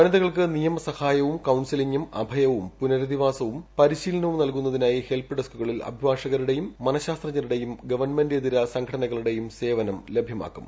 വനിതകൾക്ക് നിയമസഹായവും കൌൺസിലിങും അഭയവും പുനരധിവാസവും പരിശീലനവും നൽകുന്നതിനായി ഹെൽപ്പ് ഡെസ്കുകളിൽ അഭിഭാഷകരുടെയും മനഃശാസ്ത്രജ്ഞരുടെയും ഗവൺമെന്റിതര സംഘടനകളുടെയും സേവനം ലഭ്യമാക്കും